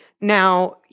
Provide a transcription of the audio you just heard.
Now